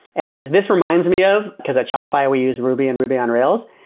and this reminds me of, because at shopify we use ruby and ruby on rails,